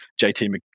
JT